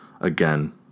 Again